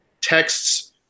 texts